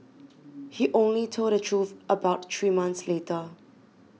he only told the truth about three months later